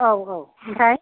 औ औ ओमफ्राय